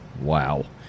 Wow